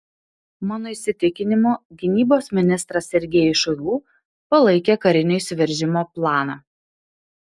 mano įsitikinimu gynybos ministras sergejus šoigu palaikė karinio įsiveržimo planą